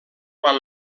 quan